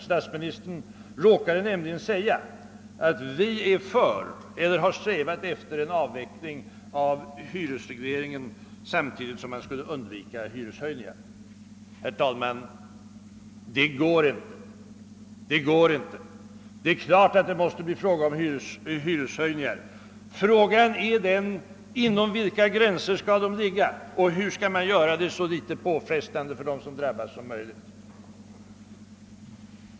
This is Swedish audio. Statsministern råkade nämligen säga att regeringen strävat efter en avveckling av hyresregleringen samtidigt som man ville undvika hyreshöjningar. Herr talman! Det går inte. Det är klart att det måste bli fråga om hyreshöjningar. Frågan är inom vilka gränser de skall ligga och hur man skall bära sig åt för att göra dem så litet påfrestande som möjligt för dem som drabbas.